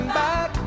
back